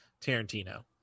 Tarantino